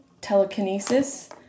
telekinesis